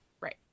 Right